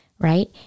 Right